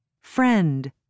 friend